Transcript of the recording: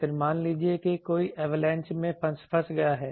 फिर मान लीजिए कि कोई हिमस्खलन में फंस गया है